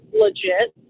legit